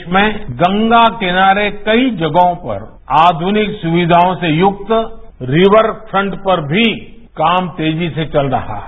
देश में गंगा के किनारे कई जगहों पर आधुनिक सुविधाओं से युक्त रिवर फ्रंट पर भी काम तेजी से चल रहा है